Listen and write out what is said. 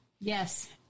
Yes